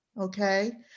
Okay